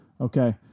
okay